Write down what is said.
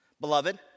Beloved